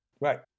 Right